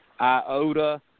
iota